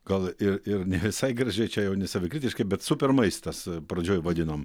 gal ir ir ne visai gražiai čia jau nesavikritiškai bet super maistas pradžioj vadinom